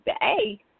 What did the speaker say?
Hey